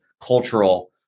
cultural